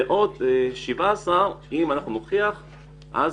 ועוד 17 אם נוכיח פעולות.